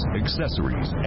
accessories